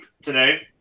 Today